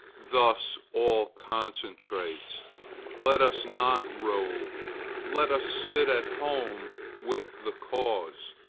thus all concentrates let us not rove let us sit at home with the cause.